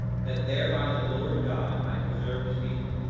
that thereby the lord god might preserve his people,